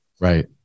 Right